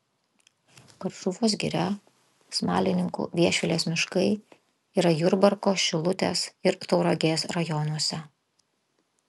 karšuvos giria smalininkų viešvilės miškai yra jurbarko šilutės ir tauragės rajonuose